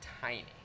Tiny